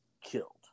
Killed